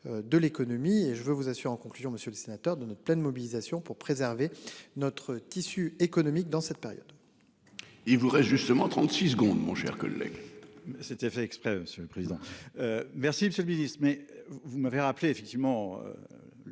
De l'économie et je veux vous assurer en conclusion, monsieur le sénateur, de pleine mobilisation pour préserver notre tissu économique dans cette période.